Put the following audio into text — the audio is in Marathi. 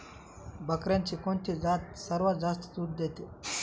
बकऱ्यांची कोणती जात सर्वात जास्त दूध देते?